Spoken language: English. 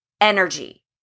energy